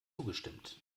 zugestimmt